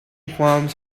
forms